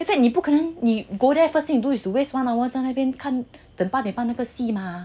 而且你不可能你 go there first thing you do is to waste one hour 在那边看等八点半那个戏吗